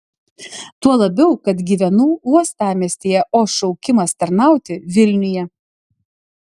tuo labiau kad gyvenu uostamiestyje o šaukimas tarnauti vilniuje